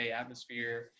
atmosphere